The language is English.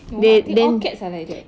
no I think all cats are like that